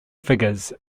figures